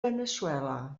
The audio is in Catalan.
veneçuela